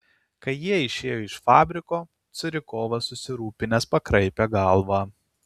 kai jie išėjo iš fabriko curikovas susirūpinęs pakraipė galva